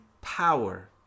power